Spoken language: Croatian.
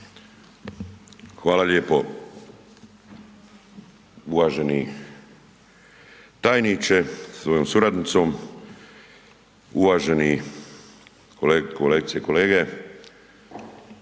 Hvala lijepo uvaženi tajniče sa svojom suradnicom, uvaženi kolegice i kolege.